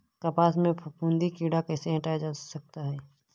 कपास से फफूंदी कीड़ा कैसे हटाया जा सकता है?